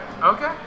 Okay